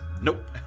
Nope